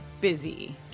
busy